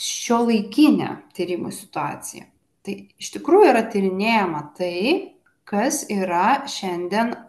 šiuolaikinė tyrimų situacija tai iš tikrųjų yra tyrinėjama tai kas yra šiandien